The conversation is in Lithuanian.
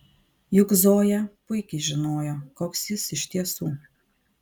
juk zoja puikiai žinojo koks jis iš tiesų